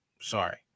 Sorry